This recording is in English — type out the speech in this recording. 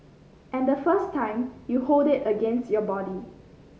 and the first time you hold it against your body